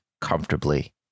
comfortably